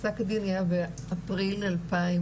פסק הדין היה באפריל 2019